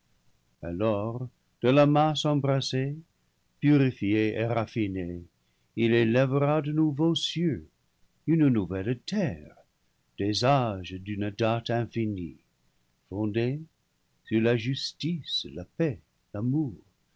alors de la masse embrasée purifiée et raffinée il élèvera de nouveaux cieux une nouvelle terre des âges d'une date infinie fondés sur la justice la paix l'amour